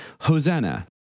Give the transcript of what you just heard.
Hosanna